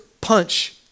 punch